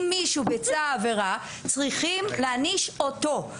אם מישהו ביצע עבירה, צריכים להעניש אותו.